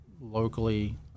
locally